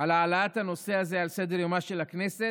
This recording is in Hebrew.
על העלאת הנושא הזה על סדר-יומה של הכנסת,